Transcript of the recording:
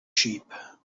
sheep